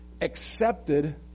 accepted